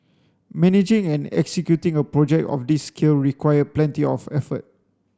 managing and executing a project of this scale required plenty of effort